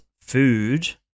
food